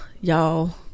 y'all